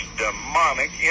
demonic